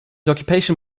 occupation